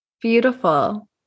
beautiful